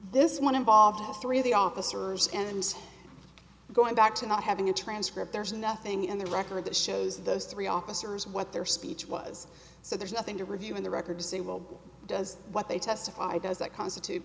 this one involved all three of the officers and going back to not having a transcript there's nothing in the record that shows those three officers what their speech was so there's nothing to review in the record to say what does what they testified does that constitute